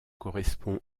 correspond